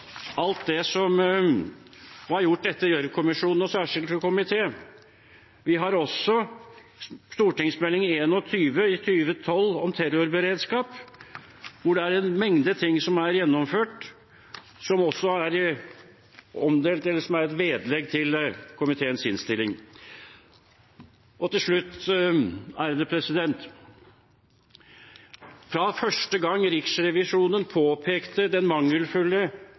alt som var gjort etter Gjørv-kommisjonen og Den særskilte komité. Vi har også St.meld. nr. 21 for 2012–2013, om terrorberedskap, der det vises til en mengde ting som er gjennomført, og som også er et vedlegg til komiteens innstilling. Til slutt: Fra første gang Riksrevisjonen påpekte den mangelfulle